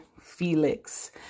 Felix